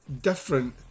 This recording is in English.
different